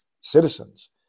citizens